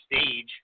stage